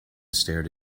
stared